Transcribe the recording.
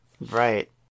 Right